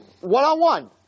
one-on-one